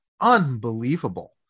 unbelievable